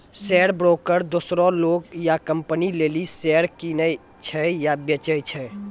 share broker दोसरो लोग या कंपनी लेली शेयर किनै छै या बेचै छै